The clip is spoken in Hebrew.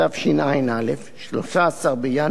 13 בינואר 2011,